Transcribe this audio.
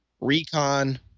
Recon